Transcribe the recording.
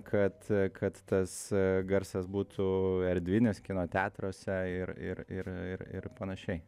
kad kad tas garsas būtų erdvinis kino teatruose ir ir ir ir ir panašiai